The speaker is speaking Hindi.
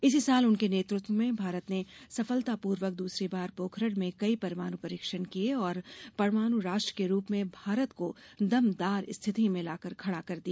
इसी साल उनके नेतृत्व में भारत ने सफलतापूर्वक दूसरी बार पोखरण में कई परमाणु परीक्षण किए और परमाणु राष्ट्र के रूप में भारत को दमदार स्थिति में ला खड़ा किया